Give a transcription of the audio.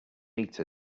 meet